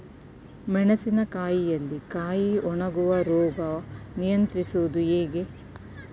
ಮೆಣಸಿನ ಕಾಯಿಯಲ್ಲಿ ಕಾಯಿ ಒಣಗುವ ರೋಗ ನಿಯಂತ್ರಿಸುವುದು ಹೇಗೆ?